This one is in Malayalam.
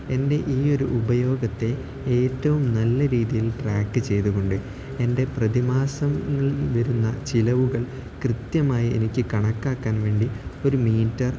എൻ്റെ ഈ ഒരു ഉപയോഗത്തെ ഏറ്റവും നല്ല രീതിയിൽ ട്രാക്ക് ചെയ്തുകൊണ്ട് എൻ്റെ പ്രതിമാസങ്ങളിൽ വരുന്ന ചിലവുകൾ കൃത്യമായി എനിക്ക് കണക്കാക്കാൻ വേണ്ടി ഒരു മീറ്റർ